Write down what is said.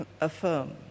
affirm